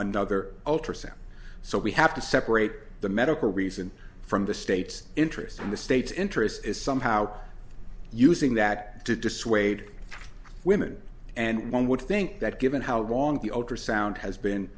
another ultrasound so we have to separate the medical reason from the state's interest in the state's interests is somehow using that to dissuade women and one would think that given how long the ultrasound has been